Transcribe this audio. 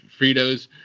Fritos